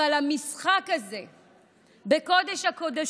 אבל המשחק הזה בקודש-הקודשים,